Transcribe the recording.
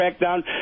crackdown